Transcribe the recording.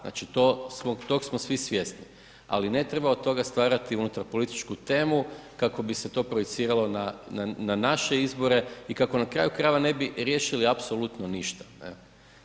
Znači tog smo svi svjesni ali ne treba od toga stvarati unutar političku temu kako bi se to projiciralo na naše izbore i kako na kraju krajeva ne bi riješili apsolutno ništa, evo.